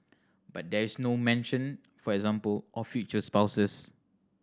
but there is no mention for example of future spouses